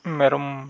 ᱢᱮᱨᱚᱢ